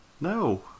No